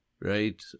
right